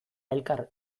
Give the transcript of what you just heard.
elkar